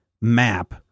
map